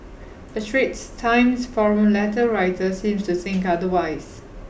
a Straits Times forum letter writer seems to think otherwise